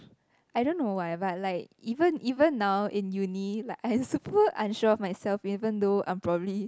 I don't know why but like even even now in uni like I super unsure of myself even though I'm probably